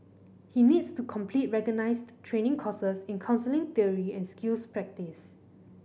he needs to complete recognised training courses in counselling theory and skills practice